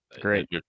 great